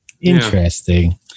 Interesting